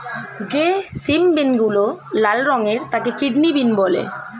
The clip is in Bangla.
যে সিম বিনগুলো লাল রঙের তাকে কিডনি বিন বলে